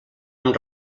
amb